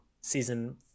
season